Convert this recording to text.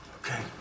Okay